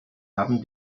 haben